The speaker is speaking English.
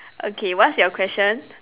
okay what's your question